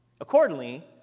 Accordingly